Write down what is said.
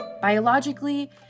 Biologically